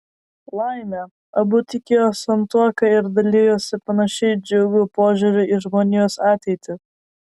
laimė abu tikėjo santuoka ir dalijosi panašiai džiugiu požiūriu į žmonijos ateitį